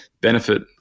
benefit